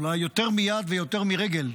אולי יותר מיד ויותר מרגל,